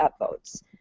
upvotes